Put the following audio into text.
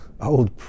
old